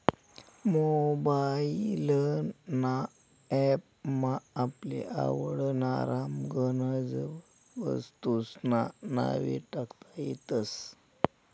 mobile ना app मा आपले आवडनारा गनज वस्तूंस्ना नावे टाकता येतस